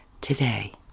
today